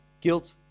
guilt